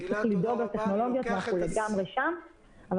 אז צריך לדאוג לטכנולוגיות ואנחנו לגמרי שם אבל